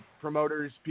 promoters